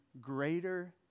greater